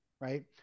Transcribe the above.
right